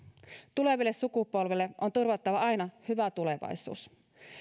tuleville sukupolville on turvattava aina hyvä tulevaisuus